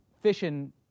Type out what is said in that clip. fission